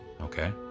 Okay